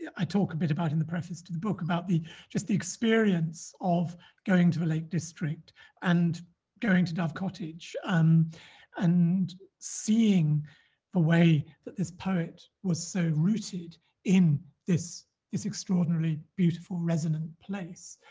i talk a bit about in the preface to the book about the just the experience of going to the lake district and going to dove cottage um and seeing the way that this poet was so rooted in this this extraordinarily beautiful resonant place